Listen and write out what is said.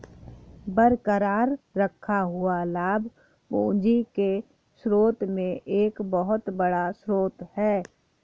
बरकरार रखा हुआ लाभ पूंजी के स्रोत में एक बहुत बड़ा स्रोत है